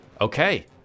Okay